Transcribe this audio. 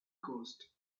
coast